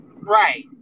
Right